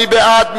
מי בעד?